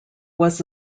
was